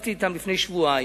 ישבתי אתם לפני שבועיים,